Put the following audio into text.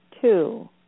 two